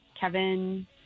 Kevin